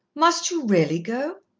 must you really go?